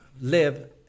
live